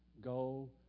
go